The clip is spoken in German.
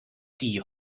die